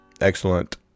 excellent